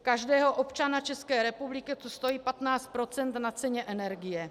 Každého občana České republiky to stojí 15 % na ceně energie.